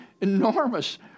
enormous